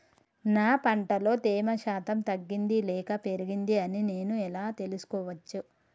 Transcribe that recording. నా పంట లో తేమ శాతం తగ్గింది లేక పెరిగింది అని నేను ఎలా తెలుసుకోవచ్చు?